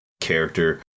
character